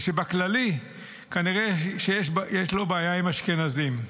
ובכללי כנראה יש לו בעיה עם אשכנזים,